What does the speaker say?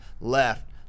left